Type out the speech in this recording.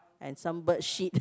and some bird shit